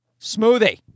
Smoothie